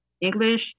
English